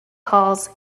halls